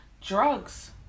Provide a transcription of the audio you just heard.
drugs